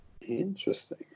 Interesting